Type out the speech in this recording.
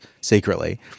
secretly-